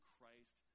Christ